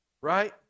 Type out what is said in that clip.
Right